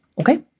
Okay